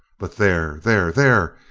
but there there there!